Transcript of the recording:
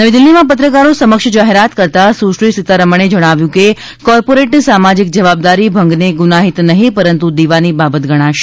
નવી દિલ્હીમાં પત્રકારો સમક્ષ જાહેરાત કરતાં સુશ્રી સીતારમણે જણાવ્યું કે કોર્પોરેટ સામાજિક જવાબદારી ભંગને ગુનાઇત નહીં પરંતુ દીવાની બાબત ગણાશે